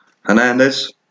Hernandez